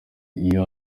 iyo